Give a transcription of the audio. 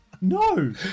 No